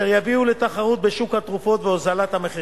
אשר יביאו לתחרות בשוק התרופות ולהוזלתן.